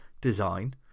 design